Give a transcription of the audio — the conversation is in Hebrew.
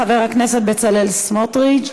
חבר הכנסת בצלאל סמוטריץ,